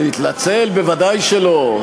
להתנצל, ודאי שלא.